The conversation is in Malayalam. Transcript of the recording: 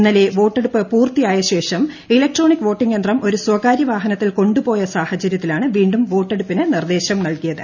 ഇന്നലെ വോട്ടെടുപ്പ് പൂർത്തിയായ ്ശേഷം ഇലക്ട്രോണിക് വോട്ടിംഗ് യന്ത്രം ഒരു സ്വകാര്യ വാഹനത്തിൽ കൊണ്ടുപോയ സാഹചര്യത്തിലാണ് വീണ്ടും വോട്ടെടുപ്പിന് നിർദ്ദേൾം നൽകിയത്